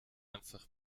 einfach